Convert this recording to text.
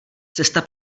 cesta